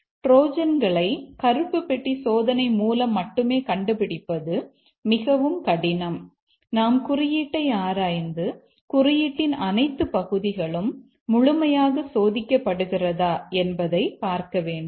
ட்ரோஜான்களை கருப்பு பெட்டி சோதனை மூலம் மட்டுமே கண்டுபிடிப்பது மிகவும் கடினம் நாம் குறியீட்டை ஆராய்ந்து குறியீட்டின் அனைத்து பகுதிகளும் முழுமையாக சோதிக்கப்படுகிறதா என்பதைப் பார்க்க வேண்டும்